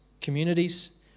communities